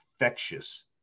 infectious